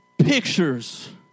pictures